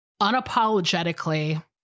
unapologetically